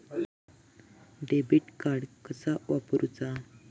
Debit card कसा वापरुचा?